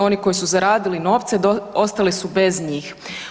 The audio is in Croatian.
Oni koji su zaradili novce ostali su bez njih.